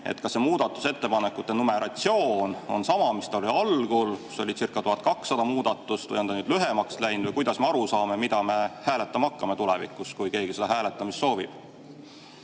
Kas muudatusettepanekute numeratsioon on sama, mis ta oli algul, kus olicirca1200 muudatust, või on ta nüüd lühemaks läinud? Kuidas me aru saame, mida me hääletama hakkame tulevikus, kui keegi seda hääletamist soovib?